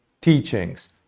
teachings